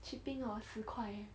shipping hor 十块耶